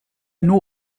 nur